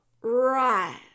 Right